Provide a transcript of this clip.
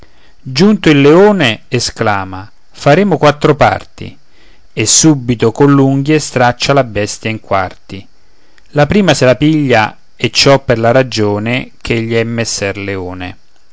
giunto il leone esclama faremo quattro parti e subito coll'unghie straccia la bestia in quarti la prima se la piglia e ciò per la ragione ch'egli è messer leone